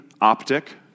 optic